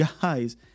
guys